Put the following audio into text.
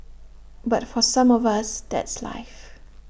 but for some of us that's life